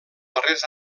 darrers